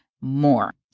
more